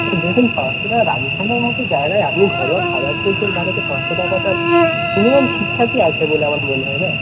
দেখুন পাঁচশো টাকা রাজস্থানের মতো জায়গায় আপনি ঘরোয়া খাবার খুঁজছেন তাহলে তো পাঁচশো টাকাটা মিনিমাম ঠিকঠাকই আছে বলে আমার মনে হয় না